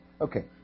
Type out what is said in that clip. Okay